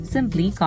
Simply